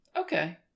Okay